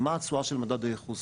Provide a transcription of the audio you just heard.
מה התשואה של מדד הייחוס?